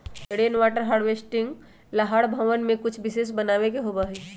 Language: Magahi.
रेन वाटर हार्वेस्टिंग ला हर भवन में कुछ विशेष बनावे के होबा हई